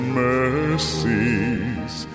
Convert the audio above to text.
mercies